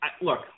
look